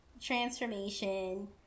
transformation